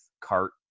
CART